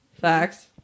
Facts